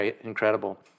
incredible